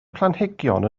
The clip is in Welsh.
planhigion